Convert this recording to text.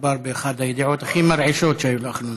מדובר באחת הידיעות הכי מרעישות שהיו באחרונה.